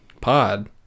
pod